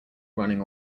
running